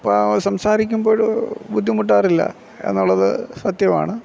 പ് സംസാരിക്കുമ്പോൾ ബുദ്ധിമുട്ടാറില്ല എന്നുള്ളത് സത്യം ആണ്